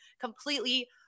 completely